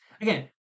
again